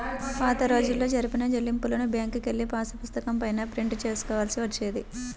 పాతరోజుల్లో జరిపిన చెల్లింపులను బ్యేంకుకెళ్ళి పాసుపుస్తకం పైన ప్రింట్ చేసుకోవాల్సి వచ్చేది